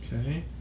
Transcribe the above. Okay